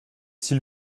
s’il